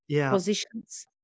positions